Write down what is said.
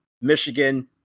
Michigan